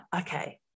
okay